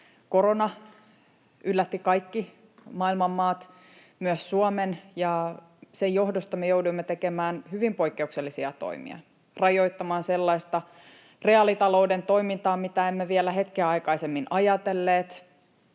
Korona yllätti kaikki maailman maat, myös Suomen, ja sen johdosta me jouduimme tekemään hyvin poikkeuksellisia toimia: rajoittamaan sellaista reaalitalouden toimintaa, mitä emme vielä hetkeä aikaisemmin ajatelleet,